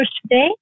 today